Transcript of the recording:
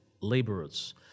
laborers